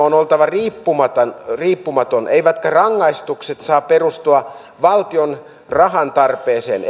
on oltava riippumaton riippumaton eivätkä rangaistukset saa perustua valtion rahantarpeeseen